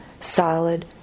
solid